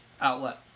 outlet